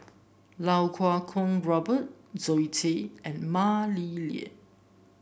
Iau Kuo Kwong Robert Zoe Tay and Mah Li Lian